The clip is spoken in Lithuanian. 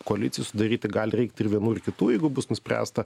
koalicijai sudaryti gali reikti ir vienų ir kitų jeigu bus nuspręsta